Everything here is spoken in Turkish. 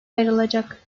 ayrılacak